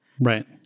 right